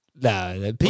No